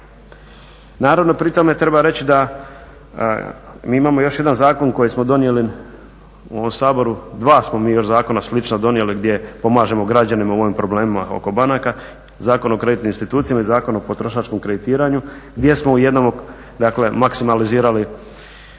Naravno pri tome treba reći da mi imamo još jedan zakon koji smo donijeli u Saboru, dva smo mi još zakona slična donijeli gdje pomažemo građanima u ovim problemima oko banaka Zakon o kreditnim institucijama i Zakon o potrošačkom kreditiranju, gdje smo u jednom dakle maksimalizirali